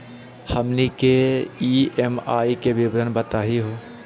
हमनी के ई.एम.आई के विवरण बताही हो?